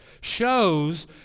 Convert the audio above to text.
shows